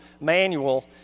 manual